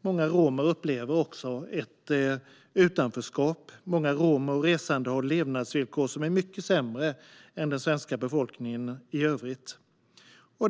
Många romer upplever också ett utanförskap, och många romer och resande har levnadsvillkor som är mycket sämre än vad den svenska befolkningen i övrigt har.